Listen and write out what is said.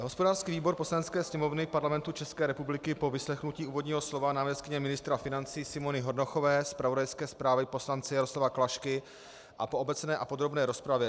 Hospodářský výbor Poslanecké sněmovny Parlamentu České republiky po vyslechnutí úvodního slova náměstkyně ministra financí Simony Hornochové, zpravodajské zprávy poslance Jaroslava Klašky a po obecné a podrobné rozpravě: